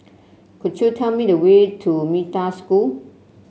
could you tell me the way to Metta School